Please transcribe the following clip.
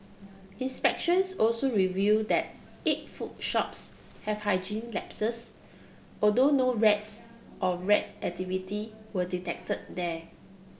inspections also revealed that eight food shops have hygiene lapses although no rats or rat activity were detected there